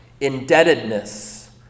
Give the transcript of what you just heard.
Indebtedness